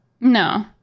No